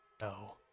No